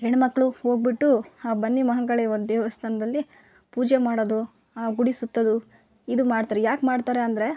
ಹೆಣ್ಮಕ್ಕಳು ಹೋಗ್ಬುಟ್ಟು ಬನ್ನಿ ಮಹಾಂಕಾಳಿ ಒಂದು ದೇವ್ಸ್ಥಾನದಲ್ಲಿ ಪೂಜೆ ಮಾಡೋದು ಗುಡಿ ಸುತ್ತೋದು ಇದು ಮಾಡ್ತಾರೆ ಯಾಕೆ ಮಾಡ್ತಾರೆ ಅಂದರೆ